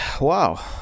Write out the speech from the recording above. wow